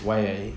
why